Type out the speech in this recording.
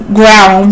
ground